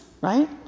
right